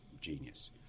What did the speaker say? genius